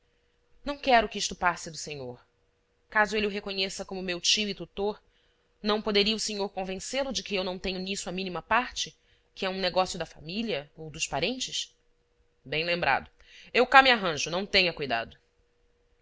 não quero que isto passe do senhor caso ele o reconheça como meu tio e tutor não poderia o senhor convencê-lo que eu não tenho nisso a mínima parte que é um negócio da família ou dos parentes bem lembrado eu cá me arranjo não tenha cuidado